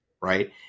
right